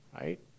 Right